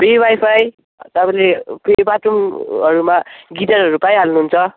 free wifi तपाईँले फेरि बाथरुमहरूमा गिजरहरू पाइहाल्नुहुन्छ